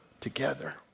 together